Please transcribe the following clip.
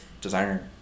designer